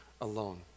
alone